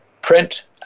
print